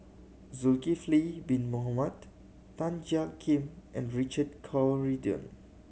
Zulkifli Bin Mohamed Tan Jiak Kim and Richard Corridon